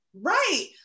right